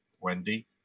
Wendy